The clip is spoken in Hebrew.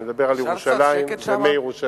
אני מדבר על ירושלים ומירושלים.